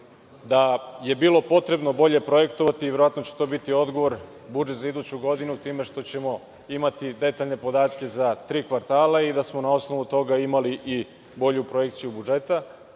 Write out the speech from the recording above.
da je bilo potrebno bolje projektovati, i verovatno će to biti odgovor, budžet za iduću godinu, time što ćemo imati detaljne podatke za tri kvartala i da smo na osnovu toga imali i bolju projekciju budžeta,